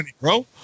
bro